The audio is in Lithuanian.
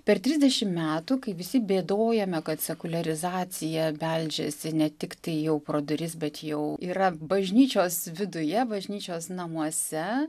per trisdešimt metų kai visi bėdojame kad sekuliarizacija beldžiasi ne tiktai jau pro duris bet jau yra bažnyčios viduje bažnyčios namuose